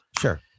Sure